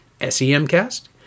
S-E-M-Cast